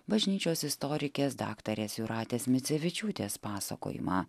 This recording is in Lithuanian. bažnyčios istorikės daktarės jūratės micevičiūtės pasakojimą